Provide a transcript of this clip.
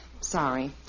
Sorry